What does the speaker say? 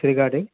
regarding